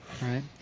right